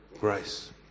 grace